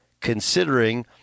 considering